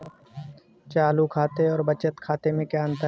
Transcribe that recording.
चालू खाते और बचत खाते में क्या अंतर है?